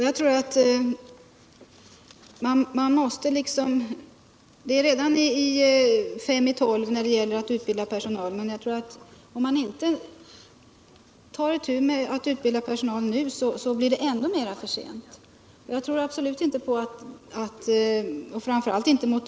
Jag tror att klockan redan hunnit bli fem minuter i tolv när det gäller att hinna utbilda personal, men om man inte tar itu med den utbildningen nu blir det ännu senare och kanske för sent. Jag tror absolut inte på att det finns någon överkapacitet.